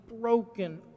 broken